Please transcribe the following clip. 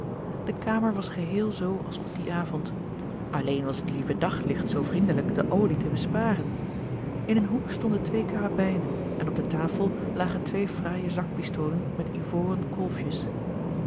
de kamer was geheel zoo als op dien avond alleen was het lieve daglicht zoo vriendelijk de olie te besparen in een hoek stonden twee karabijnen en op de tafel lagen twee fraaije zakpistolen met ivoren kolfjes